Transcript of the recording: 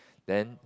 then